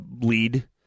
lead